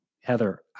Heather